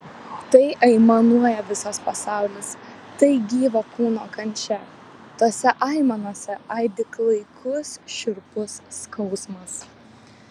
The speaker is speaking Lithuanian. tai aimanuoja visas pasaulis tai gyvo kūno kančia tose aimanose aidi klaikus šiurpus skausmas